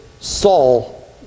Saul